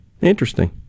Interesting